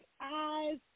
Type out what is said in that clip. eyes